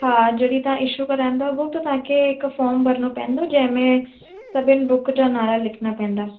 हा जॾहिं तव्हां इशू कराईंदव बुक त तव्हांखे हिकु फ़ोर्म भरिणो पवंदो जंहिं में सभिनि बुक जा नाला लिखिणा पवंदा